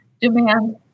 demand